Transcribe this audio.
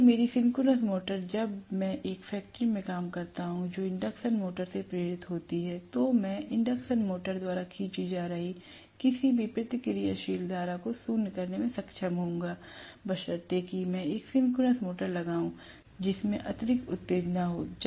इसलिए मेरी synchronous motor जब मैं एक फैक्ट्री में काम करता हूं जो इंडक्शन मोटर्स से प्रेरित होती है तो मैं इंडक्शन मोटर द्वारा खींची जा रही किसी भी प्रतिक्रियाशील धारा को शून्य करने में सक्षम होऊंगा बशर्ते कि मैं एक सिंक्रोनस मोटर लगाऊं जिसमें अतिरिक्त उत्तेजना हो